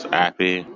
happy